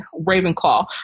Ravenclaw